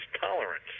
tolerance